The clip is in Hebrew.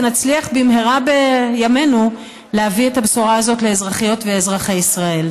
ונצליח במהרה בימינו להביא את הבשורה הזאת לאזרחיות ואזרחי ישראל.